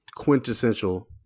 Quintessential